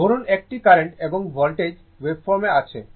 ধরুন একটি কারেন্ট এবং ভোল্টেজ ওয়েভফর্ম আছে